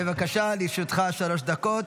בבקשה, לרשותך שלוש דקות.